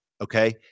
okay